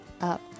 up